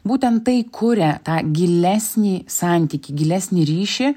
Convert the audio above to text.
būtent tai kuria tą gilesnį santykį gilesnį ryšį